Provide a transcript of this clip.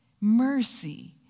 Mercy